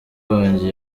wanjye